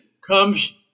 comes